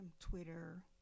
Twitter